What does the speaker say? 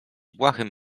błahym